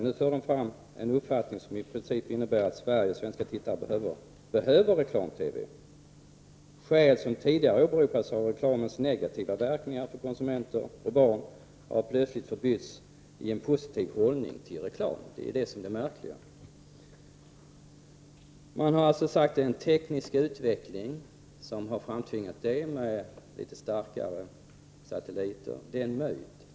Nu förs det fram en uppfattning som i princip innebär att svenska tittare behöver reklam-TV. Tidigare har man åberopat reklamens negativa verkningar på konsumenterna och framför allt på barnen. Detta har nu plötsligt förbytts i en positiv inställning till reklamen. Det är det som är det märkliga. Man har sagt att detta har tvingats fram av den tekniska utvecklingen med starkare satelliter. Detta är en myt.